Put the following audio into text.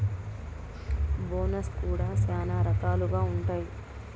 bonus కూడా శ్యానా రకాలుగా ఉంటాయి